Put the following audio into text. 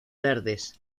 verdes